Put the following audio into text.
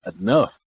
enough